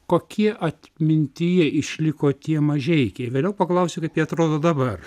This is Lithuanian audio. kokie atmintyje išliko tie mažeikiai vėliau paklausiau kaip jie atrodo dabar